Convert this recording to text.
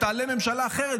או תעלה ממשלה אחרת,